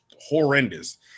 horrendous